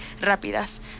rápidas